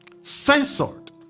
censored